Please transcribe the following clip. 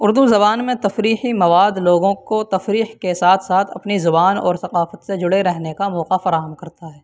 اردو زبان میں تفریحی مواد لوگوں کو تفریح کے ساتھ ساتھ اپنی زبان اور ثقافت سے جڑے رہنے کا موقع فراہم کرتا ہے